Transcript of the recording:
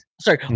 Sorry